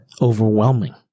overwhelming